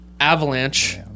avalanche